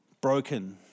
broken